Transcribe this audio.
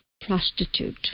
prostitute